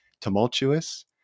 tumultuous